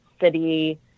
city